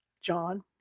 John